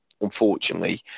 unfortunately